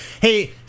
Hey